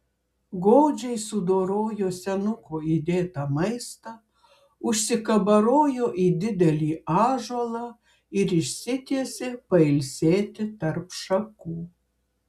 godžiai sudorojo senuko įdėtą maistą užsikabarojo į didelį ąžuolą ir išsitiesė pailsėti tarp šakų